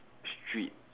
street